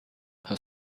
her